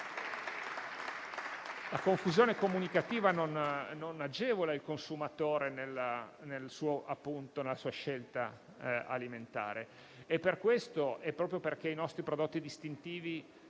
la confusione comunicativa non agevoli il consumatore nella sua scelta alimentare.